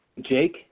Jake